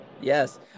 Yes